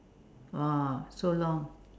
!wow! so long